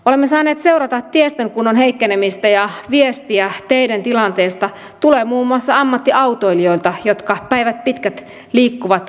olemme saaneet seurata tiestön kunnon heikkenemistä ja viestiä teiden tilanteesta tulee muun muassa ammattiautoilijoilta jotka päivät pitkät liikkuvat teillä